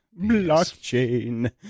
blockchain